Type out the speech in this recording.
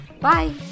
bye